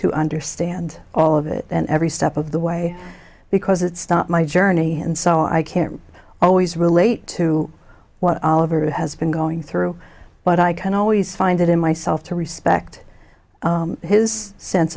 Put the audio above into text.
to understand all of it every step of the way because it's not my journey and so i can't always relate to what oliver has been going through but i can always find it in myself to respect his sense